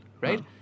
Right